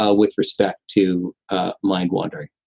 ah with respect to mind-wandering.